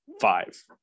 Five